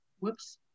whoops